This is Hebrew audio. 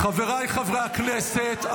חבריי חברי הכנסת,